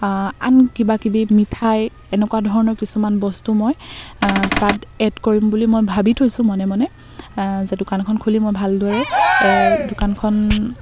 আন কিবা কিবি মিঠাই এনেকুৱা ধৰণৰ কিছুমান বস্তু মই তাত এড কৰিম বুলি মই ভাবি থৈছো মনে মনে যে দোকানখন খুলি মই ভালদৰে দোকানখন